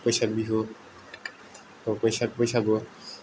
बैसाग बिहु अ बैसाग बैसागु